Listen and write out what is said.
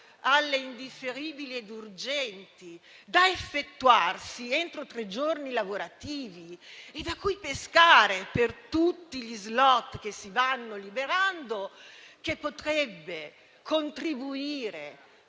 alle indifferibili ed urgenti, da effettuarsi entro tre giorni lavorativi e da cui pescare per tutti gli *slot* che si vanno liberando, che potrebbe contribuire